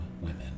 women